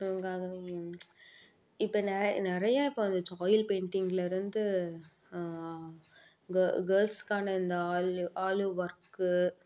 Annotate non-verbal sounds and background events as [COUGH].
[UNINTELLIGIBLE] இப்போ நிறைய இப்போ வந்துடுச்சி ஆயில் பெயிண்டிங்லேருந்து கேர்ள்ஸுக்கான இந்த ஆலிவ் ஆலிவ் ஒர்க்கு